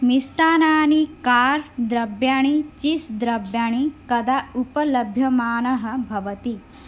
मिष्टान्नानि कार् द्रव्याणि चीस् द्रव्याणि कदा उपलभ्यमानानि भवन्ति